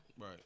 Right